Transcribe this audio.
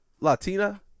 latina